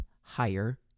higher